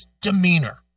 demeanor